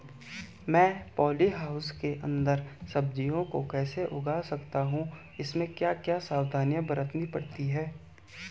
मैं polyhouse के अन्दर सब्जियों को कैसे उगा सकता हूँ इसमें क्या क्या सावधानियाँ बरतनी पड़ती है?